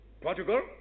Portugal